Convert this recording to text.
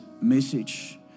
message